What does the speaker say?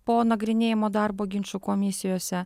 po nagrinėjimo darbo ginčų komisijose